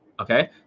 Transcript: okay